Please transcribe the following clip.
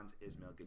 ismail